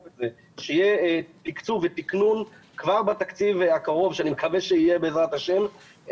את זה בתקצוב ותקנון כבר בתקצוב הקרוב שאני מקווה שיהיה בעזרת השם.